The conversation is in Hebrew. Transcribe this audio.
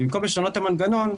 במקום לשנות את המנגנון,